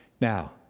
Now